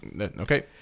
okay